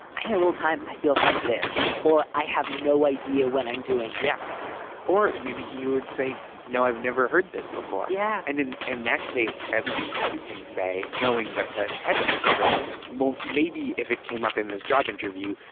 i need a little time. i feel sensitive or i have no idea when i'm doing. yeah or maybe you'd say no, i've never heard this before. yeah. and in in that case, at least you can say knowing that that headhunter said this most, maybe if it came up in this job interview,